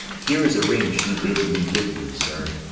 here is a ring she bid me give you, sir.